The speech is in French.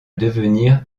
devenir